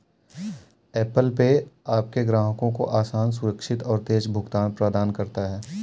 Apple Pay आपके ग्राहकों को आसान, सुरक्षित और तेज़ भुगतान प्रदान करता है